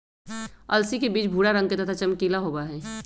अलसी के बीज भूरा रंग के तथा चमकीला होबा हई